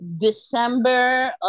December